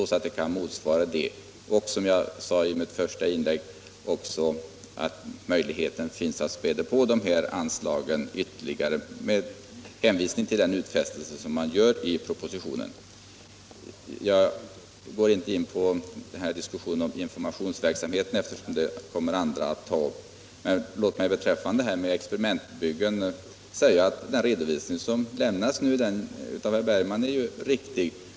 Som jag sade i mitt första inlägg, finns det dessutom möjlighet att späda på anslagen ytterligare genom den utfästelse som görs i propositionen. Jag går inte in på informationsverksamheten, eftersom andra kommer att ta upp den diskussionen. Låt mig beträffande experiment säga att den redovisning som lämnades av herr Bergman i och för sig är riktig.